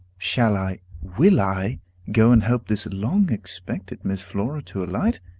shall i will i go and help this long-expected miss flora to alight?